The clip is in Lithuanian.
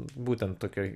būtent tokioj